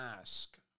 ask